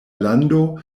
lando